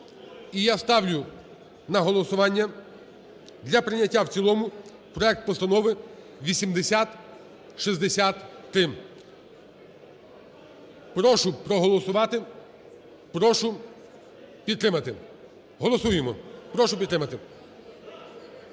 і я ставлю на голосування для прийняття в цілому проект постанови 8063. Прошу проголосувати, прошу підтримати. Голосуємо, прошу підтримати.